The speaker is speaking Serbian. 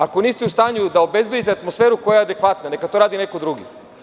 Ako niste u stanju da obezbedite atmosferu koja je adekvatna neka to radi neko drugi.